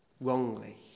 wrongly